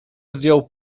zdjął